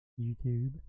YouTube